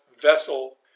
vessel